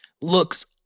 looks